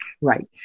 Right